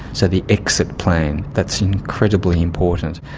so the exit plan, that's incredibly important.